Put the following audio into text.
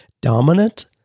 Dominant